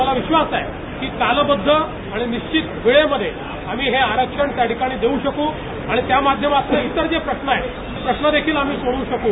मला विश्वास आहे की कालबद्ध आणि निश्चित वेळेमध्ये आम्ही हे आरक्षण देऊ शक् आणि त्या माध्यमातनं इतर जे प्रश्न आहेत ते प्रश्नदेखील आम्ही सोडवू शकू